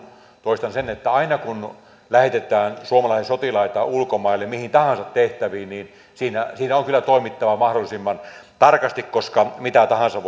toistan sen lähetetään suomalaisia sotilaita ulkomaille mihin tahansa tehtäviin niin siinä siinä on kyllä toimittava mahdollisimman tarkasti koska mitä tahansa